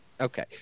Okay